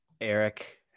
Eric